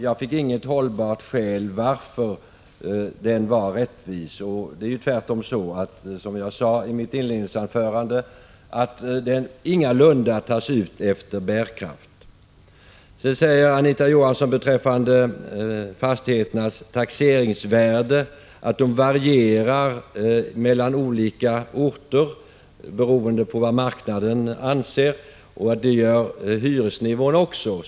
Jag fick inget hållbart skäl för det. Det är tvärtom så, som jag sade i mitt inledningsanförande, att den ingalunda tas ut efter bärkraft. Anita Johansson säger sedan beträffande fastigheternas taxeringsvärde att det varierar mellan olika orter beroende på marknaden och på att hyresnivån också varierar.